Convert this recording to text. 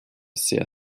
sehr